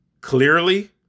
clearly